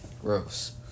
Gross